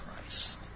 Christ